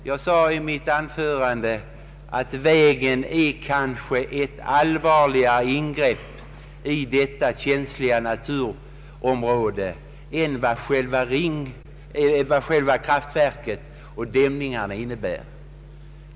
Jag sade i mitt anförande att vägen är kanske ett allvarligare ingrepp i detta känsliga naturområde än vad själva kraftverket och dämningarna innebär.